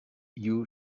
you